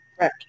Right